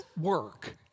work